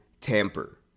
tamper